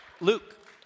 Luke